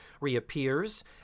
reappears